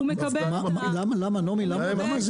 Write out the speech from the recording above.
הוא מקבל --- נעמי, למה?